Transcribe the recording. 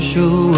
Show